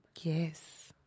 yes